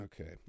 Okay